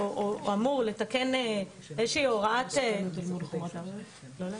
היא קיימת הרבה מאוד זמן בחוק המעצרים אבל היא כמעט לחלוטין לא מיושמת.